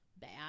Bad